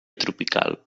tropical